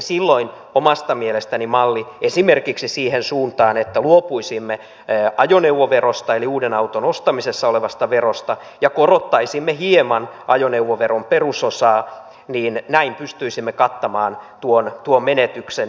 silloin omasta mielestäni mallilla esimerkiksi siihen suuntaan että luopuisimme ajoneuvoverosta eli uuden auton ostamisessa olevasta verosta ja korottaisimme hieman ajoneuvoveron perusosaa pystyisimme kattamaan tuon menetyksen